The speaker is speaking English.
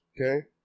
okay